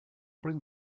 bring